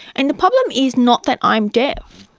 and the problem is not that i'm deaf,